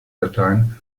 dateien